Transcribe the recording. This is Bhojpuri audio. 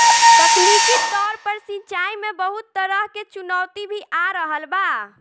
तकनीकी तौर पर सिंचाई में बहुत तरह के चुनौती भी आ रहल बा